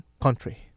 country